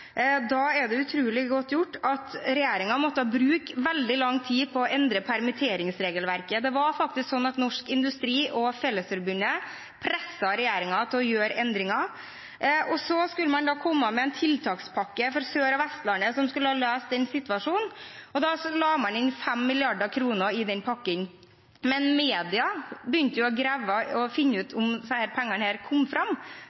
Da er det utrolig godt gjort at regjeringen måtte bruke veldig lang tid på å endre permitteringsregelverket. Det var faktisk sånn at Norsk Industri og Fellesforbundet presset regjeringen til å gjøre endringer. Så skulle man komme med en tiltakspakke for Sør- og Vestlandet som skulle løse situasjonen. Da la man inn 5 mrd. kr i den pakken. Men media begynte å grave for å finne ut om disse pengene kom fram.